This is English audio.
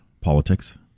politics